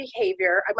behavior